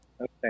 Okay